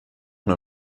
nur